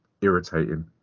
irritating